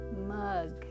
mug